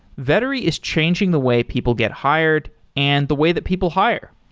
vettery is changing the way people get hired and the way that people hire.